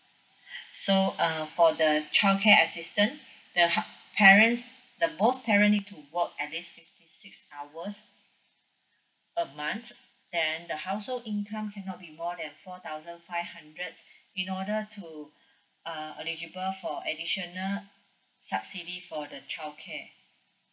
so uh for the childcare assistance the hu~ parents the both parents need to work at least fifty six hours a month then the household income cannot be more than four thousand five hundred in order to uh eligible for additional subsidy for the childcare